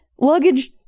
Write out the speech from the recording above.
luggage